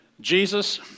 Jesus